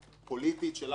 פוליטית של אף גורם,